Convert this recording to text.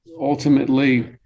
ultimately